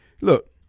Look